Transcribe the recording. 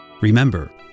Remember